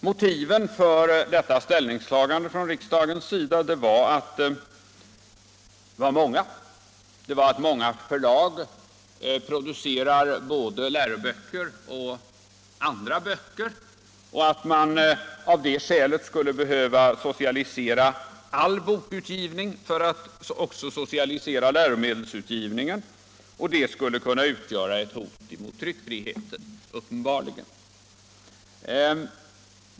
Motivet för detta ställningstagande från riksdagens sida var att många förlag producerar både läroböcker och andra böcker och att man av det skälet skulle för att socialisera läromedelsutgivningen också behöva socialisera all bokutgivning. Det skulle uppenbarligen kunna utgöra ett hot mot tryckfriheten.